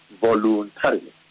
voluntarily